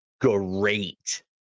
great